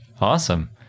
Awesome